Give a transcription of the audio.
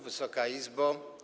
Wysoka Izbo!